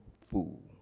fool